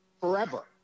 forever